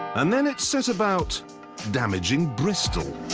and then it set about damaging bristol.